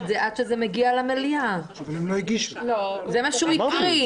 זה עד שזה מגיע למליאה - זה מה שהוא הקריא.